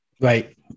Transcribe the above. Right